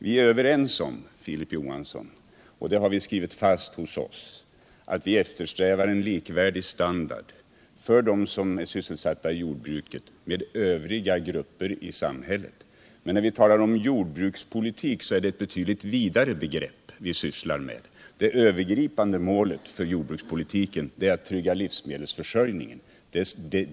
Vi är överens, Filip Johansson, och det har slagits fast att vi eftersträvar en likvärdig standard för dem som är sysselsatta i jordbruket med övriga grupper i samhället. Men jord brukspolitik är ett betydligt vidare begrepp. Det övergripande målet för Nr 54 jordbrukspolitiken är att trygga livsmedelsförsörjningen.